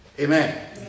Amen